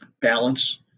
balance